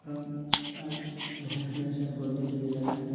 এবং তার ভ্যাক্সিনেশন পদ্ধতি যেটা থাকে